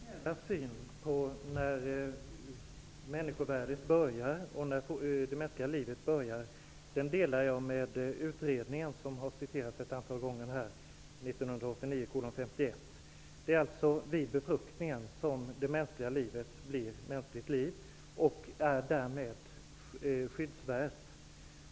Herr talman! Min principiella syn på när människovärdet och det mänskliga livet börjar delar jag med utredningen, som har tagits upp i debatten ett antal gånger, dvs. 1989:51. Det är alltså vid befruktningen som det mänskliga livet blir mänskligt liv, och det är därmed skyddsvärt.